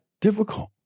difficult